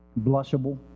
blushable